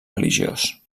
religiós